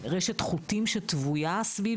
רשת חוטים שטוויה סביב זה.